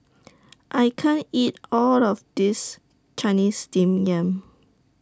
I can't eat All of This Chinese Steamed Yam